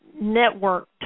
network